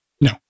No